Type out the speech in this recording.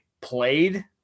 played